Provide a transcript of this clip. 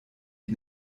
die